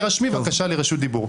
תירשמי בבקשה לרשות דיבור.